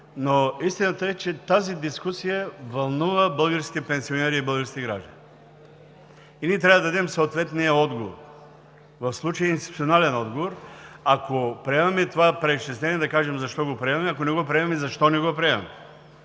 Истината е, че тази дискусия вълнува българските пенсионери и българските граждани и ние трябва да дадем съответния отговор. В случая институционален отговор – ако приемаме това преизчисление, да кажем защо го приемаме, ако не го приемаме, защо не го приемаме.